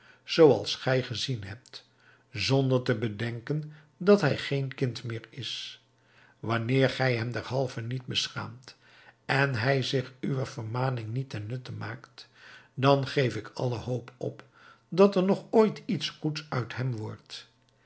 zooals gij gezien hebt zonder te bedenken dat hij geen kind meer is wanneer gij hem derhalve niet beschaamd en hij zich uwe vermaning niet ten nutte maakt dan geef ik alle hoop op dat er nog ooit iets goeds uit hem wordt